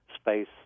space